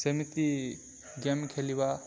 ସେମିତି ଗେମ୍ ଖେଳିବା